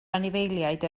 anifeiliaid